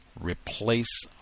replace